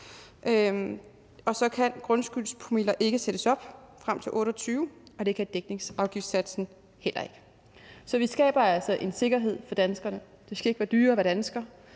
Og så kan grundskyldspromiller ikke sættes op frem til 2028, og det kan dækningsafgiftssatsen heller ikke. Så vi skaber altså en sikkerhed for danskerne. Det skal ikke være dyrere at være dansker,